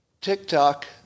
TikTok